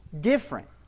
different